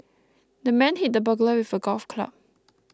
the man hit the burglar with a golf club